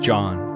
John